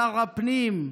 שר הפנים,